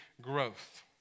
growth